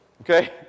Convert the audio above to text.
okay